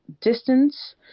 Distance